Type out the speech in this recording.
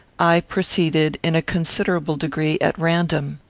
i proceeded, in a considerable degree, at random.